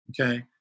Okay